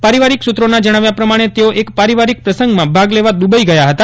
પારિવારિક સુત્રોના જણાવ્યા પ્રમાણે તેઓ એક પારિવારિક પ્રસંગમાં ભાગ લેવા દુબઇ ગયા હતા